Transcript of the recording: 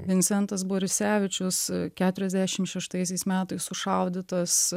vincentas borisevičius keturiasdešim šeštaisiais metais sušaudytas